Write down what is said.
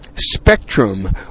spectrum